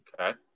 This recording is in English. Okay